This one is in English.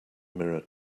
mirror